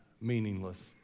meaningless